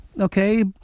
Okay